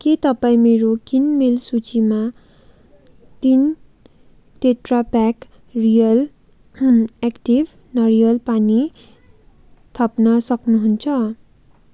के तपाईं मेरो किनमेल सूचीमा तिन टेट्राप्याक रियल एक्टिभ नरिवल पानी थप्न सक्नुहुन्छ